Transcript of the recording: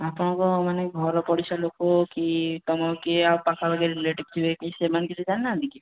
ଆପଣଙ୍କ ମାନେ ଘର ପଡ଼ିଶା ଲୋକ କି ତୁମ କିଏ ଆଉ ପାଖଆଖ ରିଲେଟିଭ୍ ଥିବେ କି ସେମାନେ କିଛି ଜାଣିନାହାନ୍ତି କି